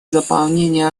заполнения